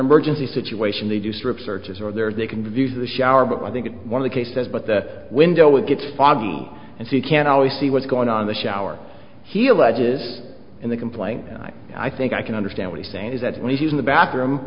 emergency situation they do strip searches or there they can view the shower but i think it's one of the cases but the window it gets foggy and so you can always see what's going on in the shower he alleges in the complaint i think i can understand what he's saying is that when he's in the bathroom